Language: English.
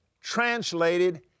translated